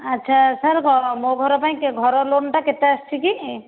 ଆଚ୍ଛା ସାର୍ ଘ ମୋ ଘର ପାଇଁ ସେ ଘର ଲୋନ୍ଟା କେତେ ଆସିଛି କି